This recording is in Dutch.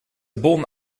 bon